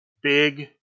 Big